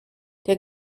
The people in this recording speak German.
der